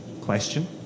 question